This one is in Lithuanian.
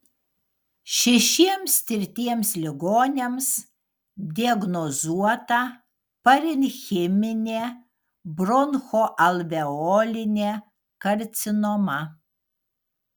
šešiems tirtiems ligoniams diagnozuota parenchiminė bronchoalveolinė karcinoma